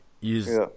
use